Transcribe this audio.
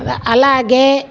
అలాగే